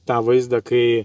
tą vaizdą kai